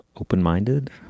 open-minded